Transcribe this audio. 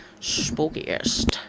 spookiest